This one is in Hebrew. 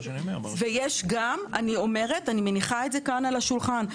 חברים, אני מניחה על השולחן את הדבר הבא.